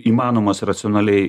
įmanomas racionaliai